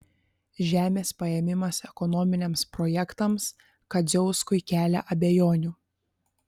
žemės paėmimas ekonominiams projektams kadziauskui kelia abejonių